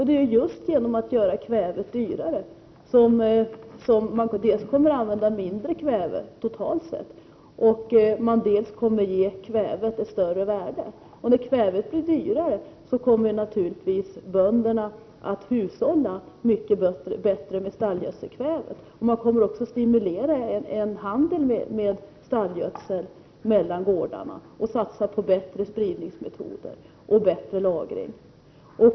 Det är ju just genom att se till att kvävet blir dyrare som användningen av kväve totalt sett minskar. Dessutom får kvävet då ett större värde. När kvävet blir dyrare kommer bönderna naturligtvis att hushålla mycket bättre med stallgödselkväve. Dessutom kommer man att stimulera till handel med stallgödsel mellan olika gårdar. Vidare kommer man att satsa på bättre spridningsmetoder och lagring.